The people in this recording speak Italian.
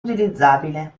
utilizzabile